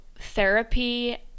therapy